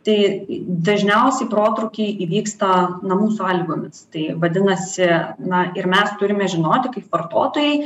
tai dažniausiai protrūkiai įvyksta namų sąlygomis tai vadinasi na ir mes turime žinoti kaip vartotojai